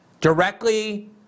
directly